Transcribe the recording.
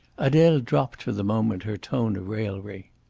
adele dropped for the moment her tone of raillery.